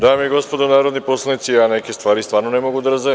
Dame i gospodo narodni poslanici, ja neke stvari stvarno ne mogu da razumem.